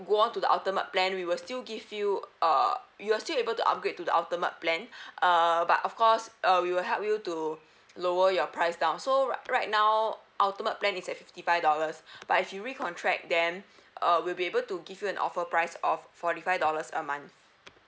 go on to the ultimate plan we will still give you uh you're still able to upgrade to the ultimate plan uh but of course uh we will help you to lower your price down so right right now ultimate plan is at fifty five dollars but if you recontract then uh we'll be able to give you an offer price of forty five dollars a month